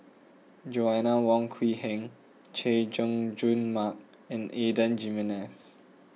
Joanna Wong Quee Heng Chay Jung Jun Mark and Adan Jimenez